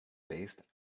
based